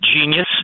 Genius